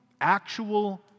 actual